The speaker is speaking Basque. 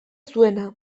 zuena